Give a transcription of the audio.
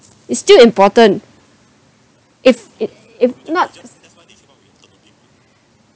it's still important if it if not